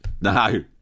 No